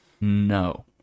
No